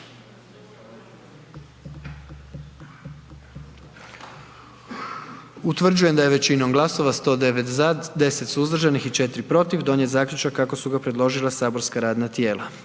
Utvrđujem da je većinom glasova 97 za, 19 suzdržanih donijet zaključak kako je predložilo matično saborsko radno tijelo.